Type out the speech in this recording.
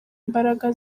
mbaraga